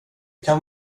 kan